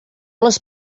les